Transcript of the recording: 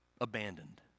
abandoned